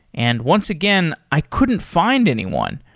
and once again, i couldn't find anyone.